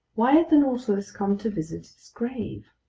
why had the nautilus come to visit its grave?